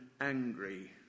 angry